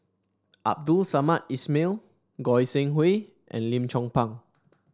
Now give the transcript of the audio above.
Abdul Samad Ismail Goi Seng Hui and Lim Chong Pang